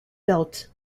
built